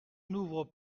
n’ouvre